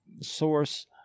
source